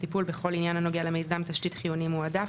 הטיפול בכל עניין הנוגע למיזם תשתית חיוני מועדף,